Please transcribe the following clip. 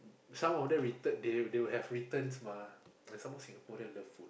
some of them return they they will have returns mah and some more Singaporean love food